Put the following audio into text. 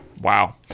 Wow